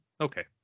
Okay